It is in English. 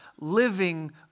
living